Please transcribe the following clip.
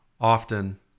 often